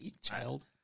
Child